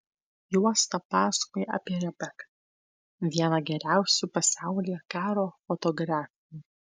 juosta pasakoja apie rebeką vieną geriausių pasaulyje karo fotografių